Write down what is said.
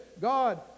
God